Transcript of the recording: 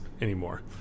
anymore